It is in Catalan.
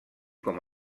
com